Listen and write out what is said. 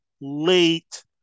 late